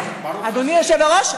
אדוני היושב-ראש,